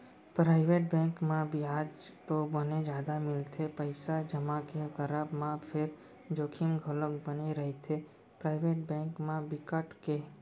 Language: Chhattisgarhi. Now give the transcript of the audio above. पराइवेट बेंक म बियाज तो बने जादा मिलथे पइसा जमा के करब म फेर जोखिम घलोक बने रहिथे, पराइवेट बेंक म बिकट के